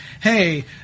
Hey